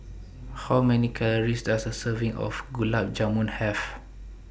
How Many Calories Does A Serving of Gulab Jamun Have